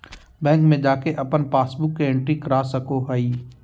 bank में जाके अपन पासबुक के एंट्री करा सको हइ